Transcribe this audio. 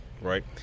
right